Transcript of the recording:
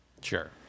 Sure